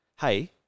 Hey